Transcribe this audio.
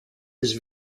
his